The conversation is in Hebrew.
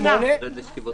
9 נגד 4